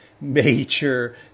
major